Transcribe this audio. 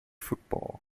football